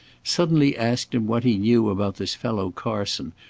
suddenly asked him what he knew about this fellow carson,